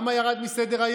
למה ירד מסדר-היום?